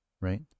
right